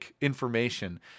information